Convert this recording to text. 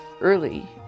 early